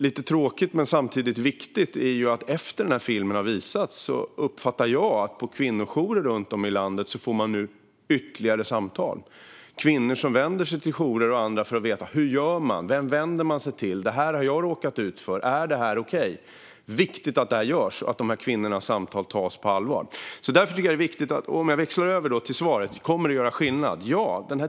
Lite tråkigt men samtidigt viktigt är att efter att filmen om Josefin Nilsson visats uppfattar jag att man på kvinnojourer runt om i landet får ytterligare samtal. Kvinnor vänder sig till jourer och andra för att få veta hur man gör och vem man vänder sig till. "Det här har jag råkat ut för. Är det här okej?" Det är viktigt att detta görs och att dessa kvinnors samtal tas på allvar. Jag växlar över till svaret. Kommer det att göra skillnad? Ja!